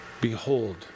behold